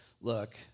look